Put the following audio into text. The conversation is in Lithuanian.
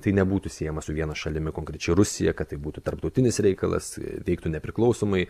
tai nebūtų siejama su viena šalimi konkrečiai rusija kad tai būtų tarptautinis reikalas veiktų nepriklausomai